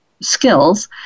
skills